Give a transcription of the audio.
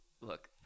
look